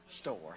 store